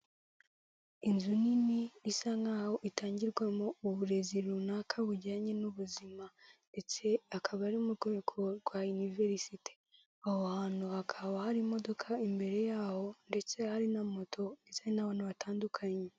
Inzu nini isa nk'aho itangirwamo uburezi runaka bujyanye n'ubuzima ndetse akaba ari mu rwego rwa iniverisite aho hantu hakaba hari imodoka imbere y'aho, ndetse hari na moto ndetse n'abantu batandukanye.